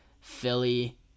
Philly